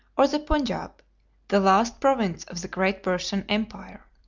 or the punjab the last province of the great persian empire.